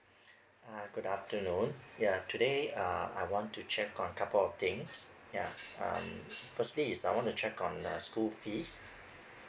uh good afternoon ya today uh I want to check on couple of things yeah um firstly is I want to check on a school fees